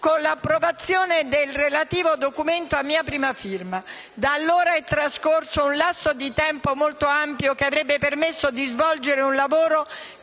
con l'approvazione del relativo documento a mia prima firma. Da allora, è trascorso un lasso di tempo molto ampio che avrebbe permesso di svolgere un lavoro